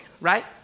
right